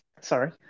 Sorry